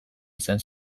izan